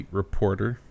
reporter